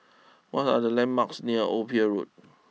what are the landmarks near Old Pier Road